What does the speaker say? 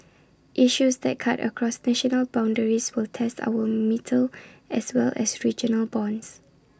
issues that cut across national boundaries will test our mettle as well as regional bonds